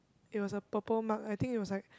it was a purple mug I think it was like